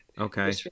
Okay